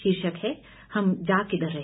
शीर्षक है हम जा किधर रहे